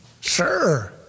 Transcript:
Sure